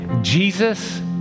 Jesus